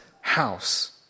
house